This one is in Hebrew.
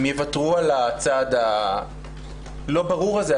הם יוותרו על הצעד הלא ברור הזה,